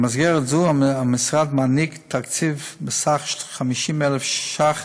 במסגרת זו, המשרד מעניק תקציב בסך 50,000 ש"ח